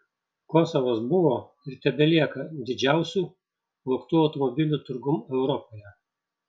kosovas buvo ir tebelieka didžiausiu vogtų automobilių turgum europoje